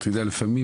אתה יודע, לפעמים